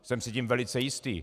Jsem si tím velice jistý.